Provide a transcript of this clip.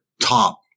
top